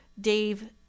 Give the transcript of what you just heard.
Dave